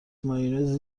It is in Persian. مایونز